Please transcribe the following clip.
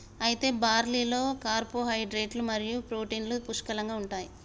అయితే బార్లీలో కార్పోహైడ్రేట్లు మరియు ప్రోటీన్లు పుష్కలంగా ఉంటాయి